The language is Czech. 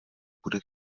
bude